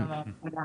בסדר גמור תודה.